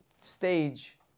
stage